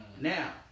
Now